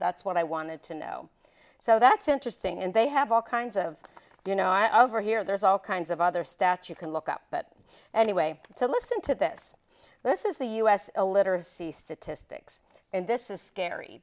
what i wanted to know so that's interesting and they have all kinds of you know i over here there's all kinds of other statue can look up but anyway to listen to this this is the u s a literacy statistics and this is scary